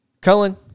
Cullen